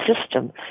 system